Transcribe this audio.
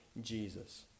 Jesus